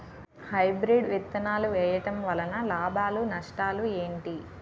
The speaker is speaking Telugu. హైబ్రిడ్ విత్తనాలు వేయటం వలన లాభాలు నష్టాలు ఏంటి?